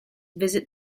visit